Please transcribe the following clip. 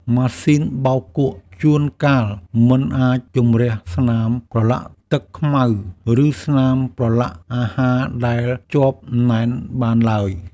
ម៉ាស៊ីនបោកគក់ជួនកាលមិនអាចជម្រះស្នាមប្រឡាក់ទឹកខ្មៅ ឬស្នាមប្រឡាក់អាហារដែលជាប់ណែនបានឡើយ។